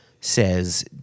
says